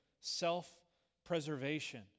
self-preservation